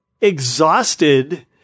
exhausted